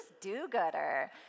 do-gooder